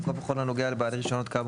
במקום "בכל הנוגע לבעלי רישיונות כאמור,